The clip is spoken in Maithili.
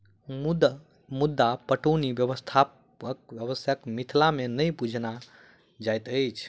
मद्दु वा मद्दा पटौनी व्यवस्थाक आवश्यता मिथिला मे नहि बुझना जाइत अछि